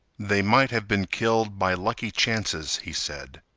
they might have been killed by lucky chances, he said,